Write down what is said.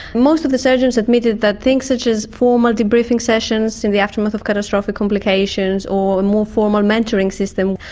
most of the surgeons admitted that things such as formal debriefing sessions in the aftermath of catastrophic complications or a more formal mentoring system,